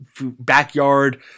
backyard